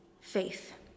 faith